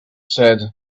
said